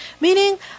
Meaning